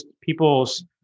people's